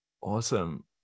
Awesome